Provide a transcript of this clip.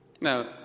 Now